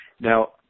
Now